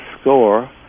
score